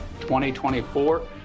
2024